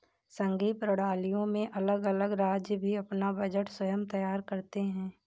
संघीय प्रणालियों में अलग अलग राज्य भी अपना बजट स्वयं तैयार करते हैं